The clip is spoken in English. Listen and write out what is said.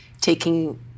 taking